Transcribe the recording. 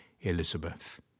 Elizabeth